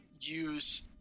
use